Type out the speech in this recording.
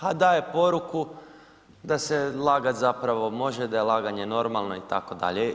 A daje poruku da se lagat zapravo može, da je laganje normalno itd.